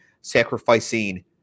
sacrificing